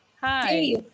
Hi